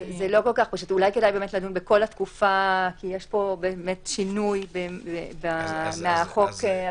אולי כדאי לדון בכל התקופה כי יש פה שינוי מהחוק המקורי.